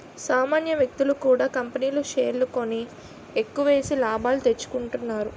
సామాన్య వ్యక్తులు కూడా కంపెనీల్లో షేర్లు కొని ఎక్కువేసి లాభాలు తెచ్చుకుంటున్నారు